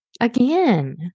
again